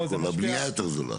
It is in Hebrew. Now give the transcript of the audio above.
הבניה יותר זולה.